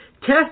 Test